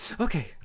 okay